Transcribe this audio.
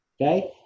okay